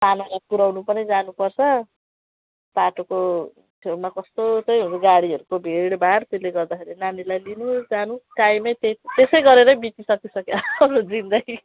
सानोलाई पुऱ्याउनु पनि जानुपर्छ बाटोको छेउमा कस्तो चाहिँ गाडीहरूको भिडभाड त्यसले गर्दाखेरि नानीलाई लिनु जानु टाइमै ते त्यसै गरेरै बितिसकिसक्यो जिन्दगी